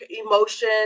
emotion